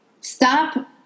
stop